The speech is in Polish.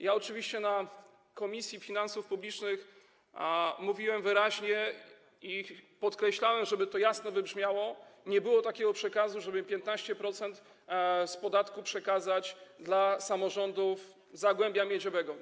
Ja oczywiście w Komisji Finansów Publicznych mówiłem wyraźnie i podkreślałem, żeby to jasno wybrzmiało: nie było takiego przekazu, żeby 15% z podatku przekazać dla samorządów Zagłębia Miedziowego.